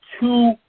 two